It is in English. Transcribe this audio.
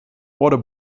water